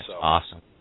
Awesome